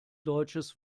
deutsches